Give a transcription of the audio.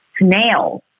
snails